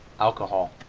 alcohol